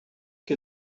que